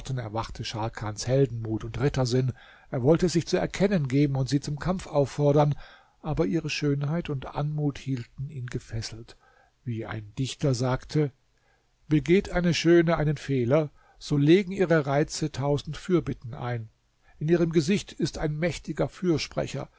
erwachte scharkans heldenmut und rittersinn er wollte sich zu erkennen geben und sie zum kampf auffordern aber ihre schönheit und anmut hielten ihn gefesselt wie ein dichter sagte begeht eine schöne einen fehler so legen ihre reize tausend fürbitten ein in ihrem gesicht ist ein mächtiger fürsprecher